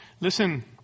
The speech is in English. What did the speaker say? listen